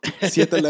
Siete